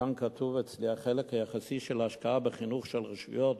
כתוב אצלי: "החלק היחסי של ההשקעה בחינוך של רשויות